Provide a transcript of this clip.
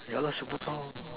yeah lah superpower